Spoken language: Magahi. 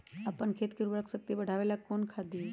अपन खेत के उर्वरक शक्ति बढावेला कौन खाद दीये?